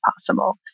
possible